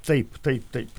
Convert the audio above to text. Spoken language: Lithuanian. taip taip taip